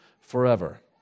forever